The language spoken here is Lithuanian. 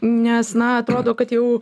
nes na atrodo kad jau